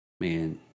man